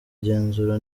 igenzura